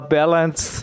balance